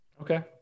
Okay